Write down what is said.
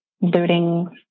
looting